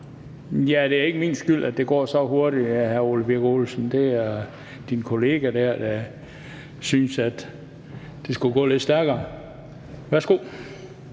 Og det er ikke min skyld, at det går så hurtigt, hr. Ole Birk Olesen – det var din kollega dér, der syntes, det skulle gå lidt stærkere. Værsgo.